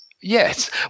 yes